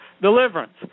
Deliverance